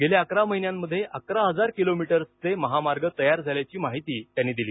गेल्या अकरा महिन्यांमध्ये अकरा हजार किलोमीटर्सचे महामार्ग तयार झाल्याची माहिती त्यांनी दिली